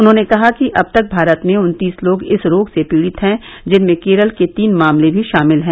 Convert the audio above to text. उन्होंने कहा कि अब तक भारत में उन्तीस लोग इस रोग से पीड़ित हैं जिनमें केरल के तीन मामले भी शामिल हैं